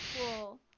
cool